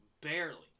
barely